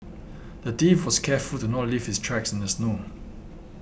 the thief was careful to not leave his tracks in the snow